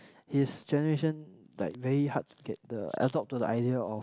his generation like very hard to get the adopt to the idea of